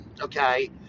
okay